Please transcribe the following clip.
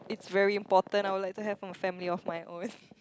it's very important I would like to have a family of my own